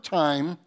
time